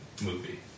movie